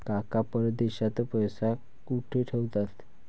काका परदेशात पैसा कुठे ठेवतात?